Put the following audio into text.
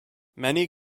many